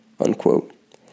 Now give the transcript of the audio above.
unquote